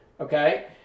okay